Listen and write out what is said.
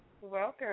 Welcome